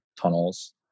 tunnels